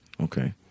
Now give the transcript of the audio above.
okay